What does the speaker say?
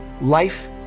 life